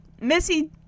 Missy